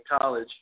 college